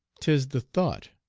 tis the thought,